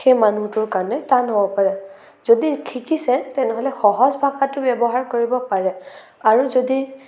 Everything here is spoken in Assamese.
সেই মানুহটোৰ কাৰণে টান হ'ব পাৰে যদি শিকিছে তেনেহ'লে সহজ ভাষাটো ব্যৱহাৰ কৰিব পাৰে আৰু যদি